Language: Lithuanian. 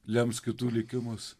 lems kitų likimus